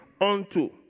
unto